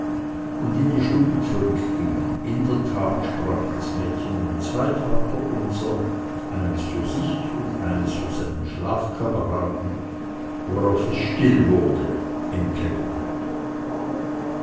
und in die stube zurückging in der tat sprach das mädchen nun zwei vaterunser eines für sich und eines für seinen schlafkameraden worauf es still wurde im dunklen kämmerlein